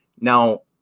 now